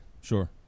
Sure